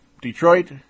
Detroit